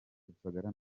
rusagara